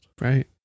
Right